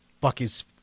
Bucky's